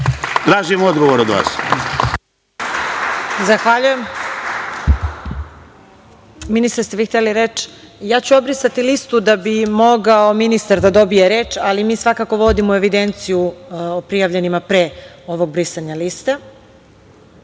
Tražim odgovor od vas.